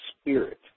spirit